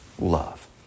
love